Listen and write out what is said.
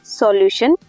solution